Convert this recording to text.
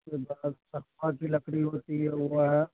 اس کے کی لکڑی ہوتی ہے وہ